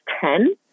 ten